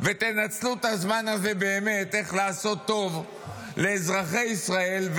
ותנצלו את הזמן הזה באמת איך לעשות טוב לאזרחי ישראל,